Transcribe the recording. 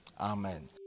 Amen